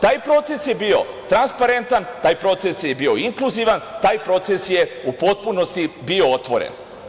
Taj proces je bio transparentan, taj proces je bio inkluzivan, taj proces je u potpunosti bio otvoren.